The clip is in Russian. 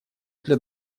для